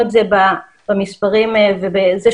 טוב,